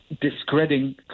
discrediting